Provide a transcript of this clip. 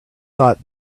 thought